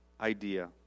idea